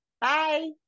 Bye